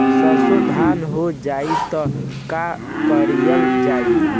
सरसो धन हो जाई त का कयील जाई?